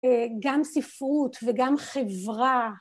גם ספרות וגם חברה.